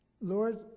Lord